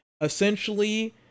Essentially